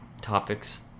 topics